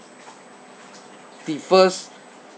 differs